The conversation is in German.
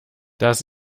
dass